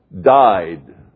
died